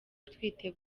atwite